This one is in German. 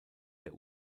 der